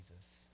Jesus